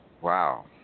Wow